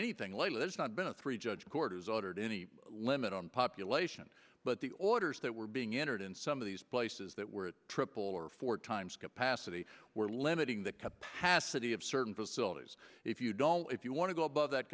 anything lately has not been a three judge court has ordered any limit on population but the orders that were being entered in some of these places that were triple or four times capacity were limiting the capacity of certain facilities if you don't know if you want to go above that